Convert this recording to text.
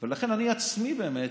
לכן אני עצמי, באמת,